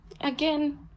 again